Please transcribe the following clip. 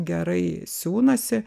gerai siūnasi